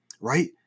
right